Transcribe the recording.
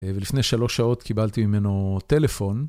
ולפני שלוש שעות קיבלתי ממנו טלפון.